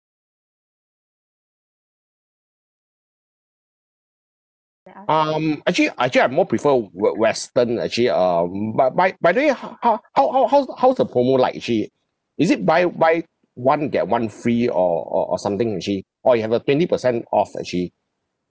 um actually I actually I more prefer w~ western ah actually um but by by the way h~ how how how uh how's the how's the promo like actually is it buy buy one get one free or or or something actually or you have a twenty percent off actually